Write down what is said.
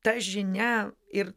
ta žinia ir